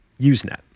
Usenet